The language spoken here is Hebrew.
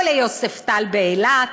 או ליוספטל באילת?